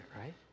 right